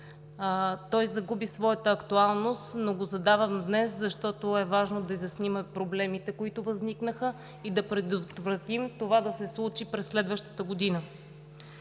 Той загуби своята актуалност, но го задавам днес, защото е важно да изясним проблемите, които възникнаха, и да предотвратим това да се случи през следващата година.